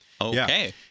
Okay